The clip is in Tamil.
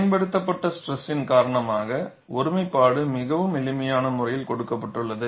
பயன்படுத்தப்பட்ட ஸ்ட்ரெஸ்ன் காரணமாக ஒருமைப்பாடு மிகவும் எளிமையான முறையில் கொடுக்கப்பட்டுள்ளது